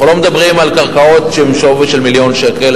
אנחנו לא מדברים על קרקעות בשווי של מיליון שקל,